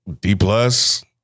D-plus